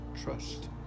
trust